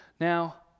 Now